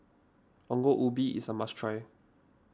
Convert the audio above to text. Ongol Ubi is a must try